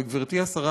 וגברתי השרה,